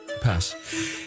Pass